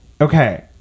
Okay